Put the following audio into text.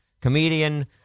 comedian